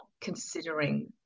considering